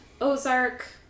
Ozark